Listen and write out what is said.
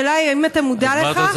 השאלה היא: האם אתה מודע לכך?